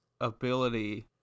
ability